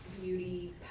Beauty